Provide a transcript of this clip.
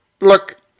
look